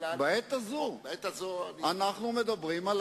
כמעט עד סוף יוני, שנה,